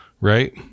Right